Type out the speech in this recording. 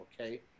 okay